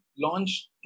launched